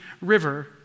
river